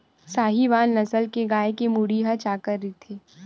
साहीवाल नसल के गाय के मुड़ी ह चाकर रहिथे